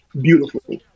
Beautiful